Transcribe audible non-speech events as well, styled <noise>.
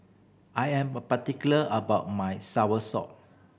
I am <unintelligible> particular about my soursop